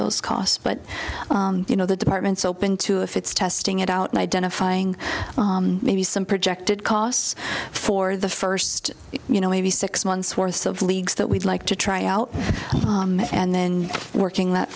those costs but you know the department's open to if it's testing it out and identifying maybe some projected costs for the first you know maybe six months worth of leagues that we'd like to try out and then working that